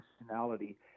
personality